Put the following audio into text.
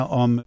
om